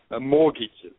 mortgages